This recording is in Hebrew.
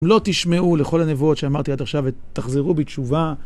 לא תשמעו לכל הנבואות שאמרתי עד עכשיו, תחזרו בתשובה.